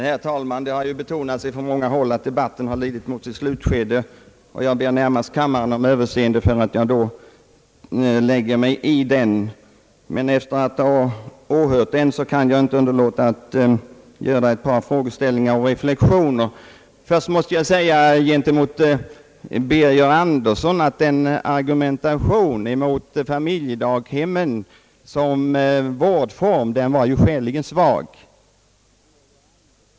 Herr talman! Det har ju betonats från många håll att debatten nu lider mot sitt slutskede, och jag ber då kammaren om överseende för att jag förlänger densamma. Efter att ha åhört den kan jag dock inte underlåta att göra ett par frågeställningar och reflexioner. Först vill jag säga gentemot herr Birger Andersson, att hans argumentation mot familjedaghemmen såsom vårdform betraktad var skäligen svag.